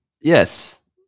yes